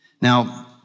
Now